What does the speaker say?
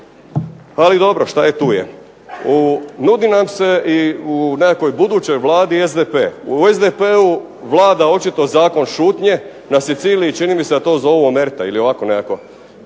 Ali dobro šta je tu. Nudi nam se i u nekakvoj budućoj Vladi SDP. U SDP-u vlada očito zakon šutnje, na Siciliji čini mi se da to zovu omerta ili ovako nekako.